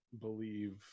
believe